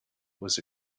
was